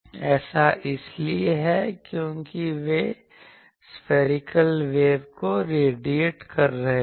ऐसा इसलिए है क्योंकि वे सफैरीकल वेव को रेडिएट कर रहे हैं